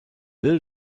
bill